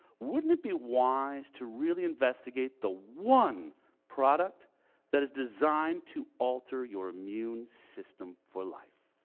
wouldn't it be wise to really investigate the one product that is designed to alter your immune system for life?